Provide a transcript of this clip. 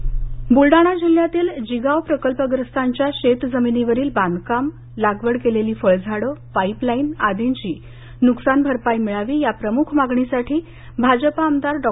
जिगाव आंदोलन ब्लडाणा जिल्ह्यातील जिगाव प्रकल्पग्रस्तांच्या शेत जमिनीवरील बांधकाम लागवड केलेली फळझाडं पाईप लाईन आदींची नुकसान भरपाई मिळावी या प्रमुख मागणीसाठी भाजपा आमदार डॉ